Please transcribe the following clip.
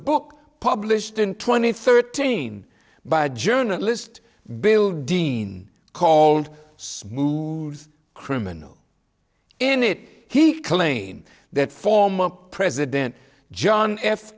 book published in twenty thirteen by a journalist bill dean called smooth criminal in it he claimed that former president john f